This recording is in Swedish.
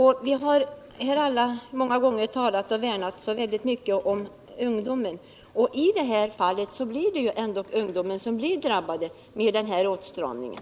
Här har alla många gånger talat om och värnat om ungdomen väldigt mycket, och i det här fallet blir det ju ungdomen som drabbas av åtstramningen.